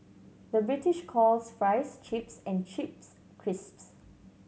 the British calls fries chips and chips crisps